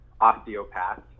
osteopath